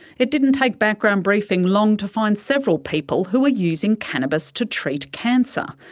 it didn't take background briefing long to find several people who are using cannabis to treat cancer,